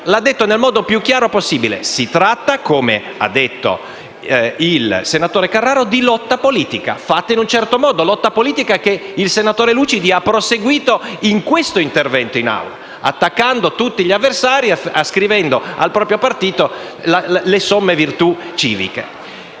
l'ha detto nel modo più chiaro possibile. Si tratta, come ha detto il senatore Carraro, di lotta politica, fatta in un certo modo; lotta politica che il senatore Lucidi ha proseguito in questo intervento in Assemblea, attaccando tutti gli avversari e ascrivendo al proprio partito le somme virtù civiche.